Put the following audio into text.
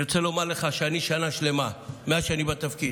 אני רוצה לומר לך ששנה שלמה, מאז שאני בתפקיד,